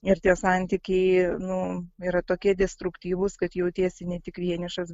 ir tie santykiai nu yra tokie destruktyvūs kad jautiesi ne tik vienišas